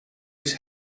his